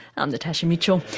i'm natasha mitchell,